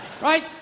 right